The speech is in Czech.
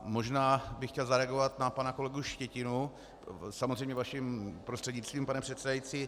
Možná bych chtěl zareagovat na pana kolegu Štětinu, samozřejmě vaším prostřednictvím, pane předsedající.